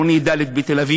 או היה בעירוני ד' בתל-אביב,